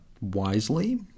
wisely